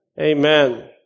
Amen